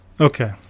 Okay